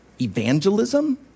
evangelism